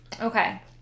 Okay